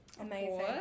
Amazing